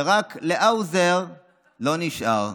ורק להאוזר לא נשאר.